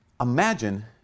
Imagine